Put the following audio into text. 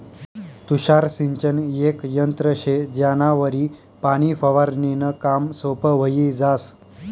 तुषार सिंचन येक यंत्र शे ज्यानावरी पाणी फवारनीनं काम सोपं व्हयी जास